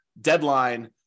deadline